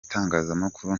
itangazamakuru